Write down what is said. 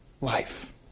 life